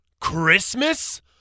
Christmas